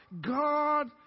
God